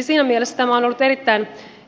siinä mielessä tämä on ollut